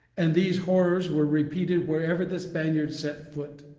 and these horrors were repeated wherever the spaniards set foot!